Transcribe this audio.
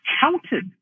counted